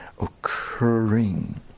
occurring